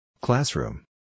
Classroom